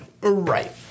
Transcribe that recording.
Right